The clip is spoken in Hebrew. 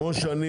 דבר ראשון,